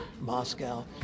Moscow